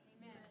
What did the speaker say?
Amen